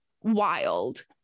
wild